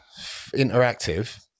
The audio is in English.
Interactive